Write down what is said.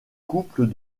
couples